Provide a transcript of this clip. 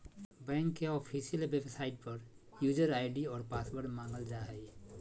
bank के official website पर user ID और पासवर्ड मांगल जा हइ